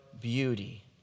beauty